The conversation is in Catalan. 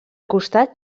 costat